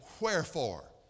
wherefore